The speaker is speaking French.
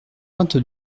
vingt